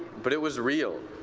but it was real.